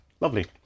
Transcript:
lovely